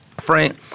Frank